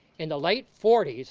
in the late forty s,